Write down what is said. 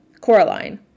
Coraline